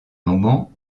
moment